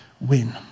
win